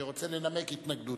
שרוצה לנמק התנגדות.